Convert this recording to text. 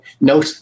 no